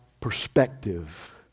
perspective